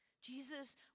Jesus